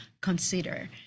consider